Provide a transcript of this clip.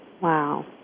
Wow